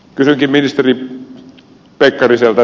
kysynkin ministeri pekkariselta